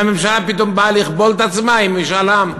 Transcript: והממשלה פתאום באה לכבול את עצמה עם משאל עם.